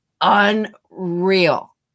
unreal